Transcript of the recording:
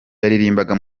yaririmbaga